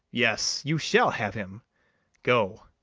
yes, you shall have him go,